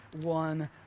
one